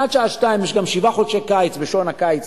עד השעה 14:00, יש גם שבעה חודשי קיץ בשעון הקיץ,